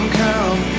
come